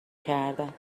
کردم